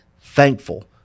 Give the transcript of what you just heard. thankful